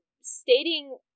stating